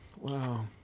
wow